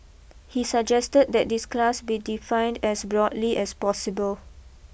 he suggested that this class be defined as broadly as possible